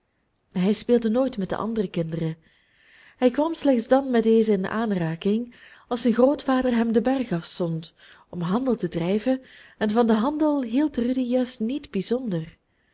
hij speelde nooit met de andere kinderen hij kwam slechts dan met dezen in aanraking als zijn grootvader hem den berg afzond om handel te drijven en van den handel hield rudy juist niet bijzonder